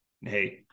hey